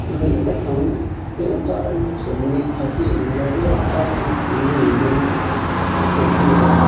नभए एकै ठाउँ त्यो चरनमा छोड्ने खसीहरूलाई चाहिँ अब चरनमा छोड्नु हुँदैन अब त्यसको जिउहरू